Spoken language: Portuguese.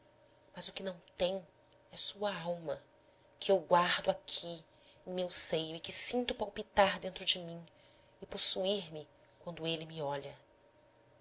mas o que não tem é sua alma que eu guardo aqui em meu seio e que sinto palpitar dentro de mim e possuir me quando ele me olha